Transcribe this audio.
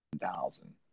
thousand